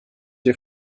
dir